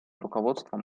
руководством